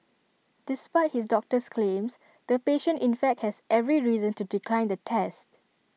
despite his doctor's claims the patient in fact has every reason to decline the test